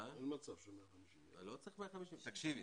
אין מצב של 150,000. לא צריך 150. תקשיבי,